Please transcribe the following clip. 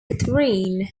katharine